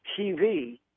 TV